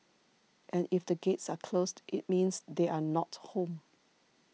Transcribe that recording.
and if the gates are closed it means they are not home